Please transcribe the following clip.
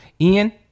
Ian